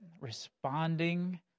responding